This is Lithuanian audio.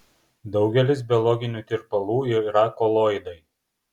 daugelis biologinių tirpalų yra koloidai